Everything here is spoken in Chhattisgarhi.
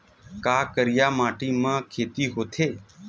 का करिया माटी म खेती होथे?